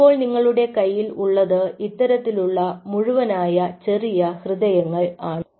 ഇപ്പോൾ നിങ്ങളുടെ കയ്യിൽ ഉള്ളത് ഇത്തരത്തിലുള്ള മുഴുവനായ ചെറിയ ഹൃദയങ്ങൾ ആണ്